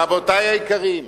רבותי היקרים,